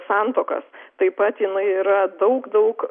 santuokas taip pat jinai yra daug daug